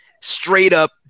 straight-up